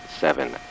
seven